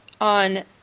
On